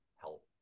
help